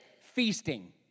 feasting